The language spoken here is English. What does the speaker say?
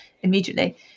immediately